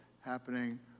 happening